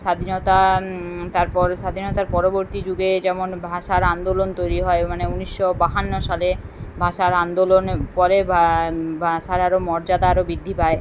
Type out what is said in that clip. স্বাধীনতা তারপর স্বাধীনতার পরবর্তী যুগে যেমন ভাষার আন্দোলন তৈরি হয় মানে উনিশশো বাহান্ন সালে ভাষার আন্দোলনে পরে বা ভাষার আরও মর্যাদা আরও বৃদ্ধি পায়